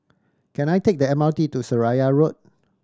can I take the M R T to Seraya Road